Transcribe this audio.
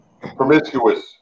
Promiscuous